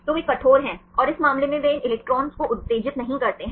तो वे कठोर हैं और इस मामले में वे इन इलेक्ट्रॉनों को उत्तेजित नहीं करते हैं